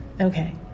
okay